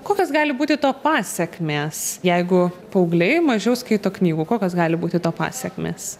kokios gali būti to pasekmės jeigu paaugliai mažiau skaito knygų kokios gali būti to pasekmės